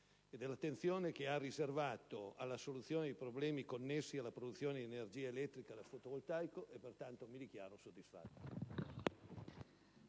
e per l'attenzione che ha riservato alla soluzione di problemi connessi alla produzione di energia elettrica da fotovoltaico. Mi dichiaro, pertanto, soddisfatto.